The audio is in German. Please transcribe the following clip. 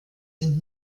sind